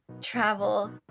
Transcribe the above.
travel